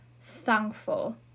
thankful